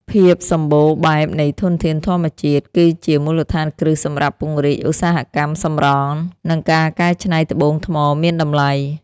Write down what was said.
ភាពសម្បូរបែបនៃធនធានធម្មជាតិគឺជាមូលដ្ឋានគ្រឹះសម្រាប់ពង្រីកឧស្សាហកម្មសម្រង់ និងការកែច្នៃត្បូងថ្មមានតម្លៃ។